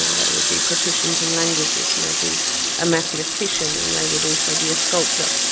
and they would be proficient in languages and they'd be a mathematician and they would also be a sculptor.